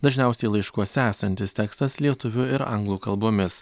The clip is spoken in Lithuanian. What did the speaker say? dažniausiai laiškuose esantis tekstas lietuvių ir anglų kalbomis